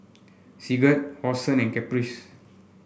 Sigurd Orson Caprice